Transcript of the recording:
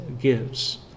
gives